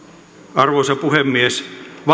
arvoisa puhemies